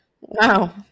Wow